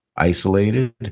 Isolated